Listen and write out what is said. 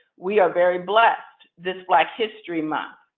we are very blessed this black history month.